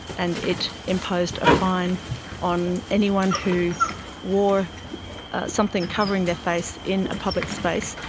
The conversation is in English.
and it imposed a fine on anyone who wore something covering their face in a public space,